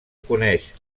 coneix